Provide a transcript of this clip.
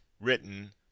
written